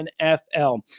NFL